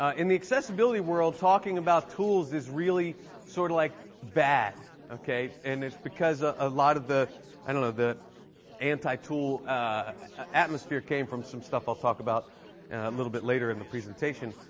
ah in the accessibility world, talking about tools is really sort of like bad. and it's because ah a lot of the and you know the anti-tool atmosphere came from some stuff i'll talk about a little bit later in the presentation.